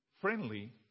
friendly